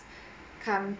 come